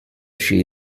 she